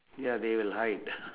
ya they will hide